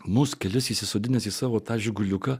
mus kelis įsisodinęs į savo tą žiguliuką